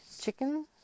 Chicken